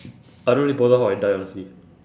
I don't really bother how I die honestly